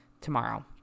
tomorrow